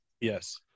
Yes